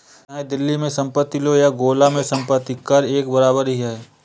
चाहे दिल्ली में संपत्ति लो या गोला में संपत्ति कर एक बराबर ही है